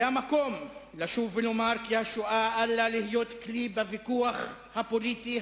זה המקום לשוב ולומר כי השואה אל לה להיות כלי בוויכוח הפוליטי,